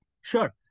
Sure